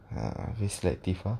ah you selective ah